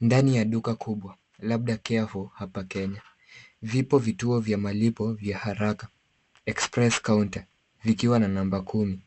Ndani ya duka kubwa, labda Carrefour, hapa Kenya. Vipo vituo vya malipo vya haraka, express counter vikiwa na namba kumi.